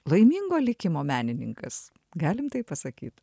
laimingo likimo menininkas galim taip pasakyt